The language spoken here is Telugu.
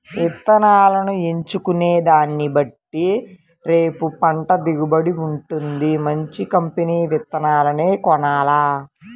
ఇత్తనాలను ఎంచుకునే దాన్నిబట్టే రేపు పంట దిగుబడి వుంటది, మంచి కంపెనీ విత్తనాలనే కొనాల